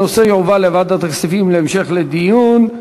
הנושא יועבר לוועדת הכספים להמשך דיון.